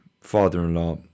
father-in-law